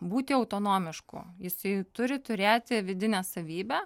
būti autonomišku jisai turi turėti vidinę savybę